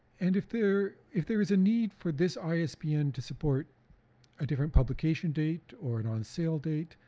and if there if there is a need for this isbn to support a different publication date or an on sale date,